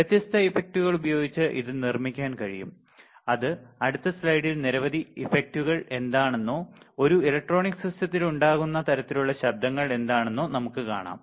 വ്യത്യസ്ത ഇഫക്റ്റുകൾ ഉപയോഗിച്ച് ഇത് നിർമ്മിക്കാൻ കഴിയും അത് അടുത്ത സ്ലൈഡിൽ നിരവധി ഇഫക്റ്റുകൾ എന്താണെന്നോ ഒരു ഇലക്ട്രോണിക് സിസ്റ്റത്തിൽ ഉണ്ടാകാവുന്ന തരത്തിലുള്ള ശബ്ദങ്ങൾ എന്താണെന്നോ നമുക്ക് കാണാം